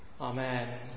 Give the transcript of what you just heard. Amen